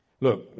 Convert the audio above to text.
Look